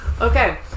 Okay